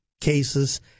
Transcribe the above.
cases—